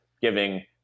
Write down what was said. giving